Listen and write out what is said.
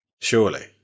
Surely